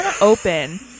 open